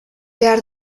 behar